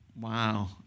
wow